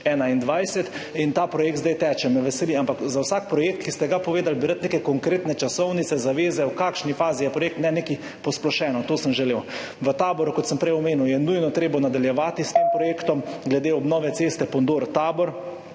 2021, in ta projekt zdaj teče. Me veseli, ampak za vsak projekt, ki ste ga povedali, bi rad neke konkretne časovnice, zaveze, v kakšni fazi je projekt, ne nekaj posplošeno. To sem želel. V Taboru, kot sem prej omenil, je nujno treba nadaljevati s tem projektom glede obnove ceste Pondor–Tabor,